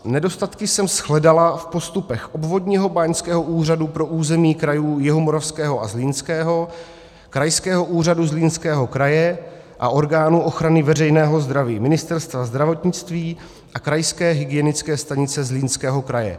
Nedostatky jsem shledala v postupech Obvodního báňského úřadu pro území krajů Jihomoravského a Zlínského, Krajského úřadu Zlínského kraje a orgánů ochrany veřejného zdraví, Ministerstva zdravotnictví a krajské hygienické stanice Zlínského kraje.